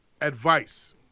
Advice